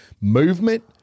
movement